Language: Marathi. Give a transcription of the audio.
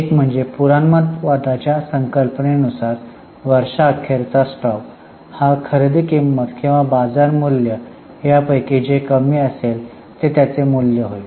एक म्हणजे पुराणमतवादाच्या संकल्पने नुसार वर्षा खेरचा स्टॉक हा खरेदी किंमत किंवा बाजार मूल्य यापैकीजे कमी असेल ते त्याचे मूल्य होय